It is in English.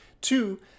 Two